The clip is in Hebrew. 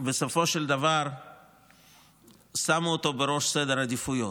בסופו של דבר שמו אותו בראש סדר העדיפויות.